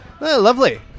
Lovely